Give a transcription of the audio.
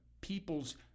people's